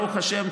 ברוך השם,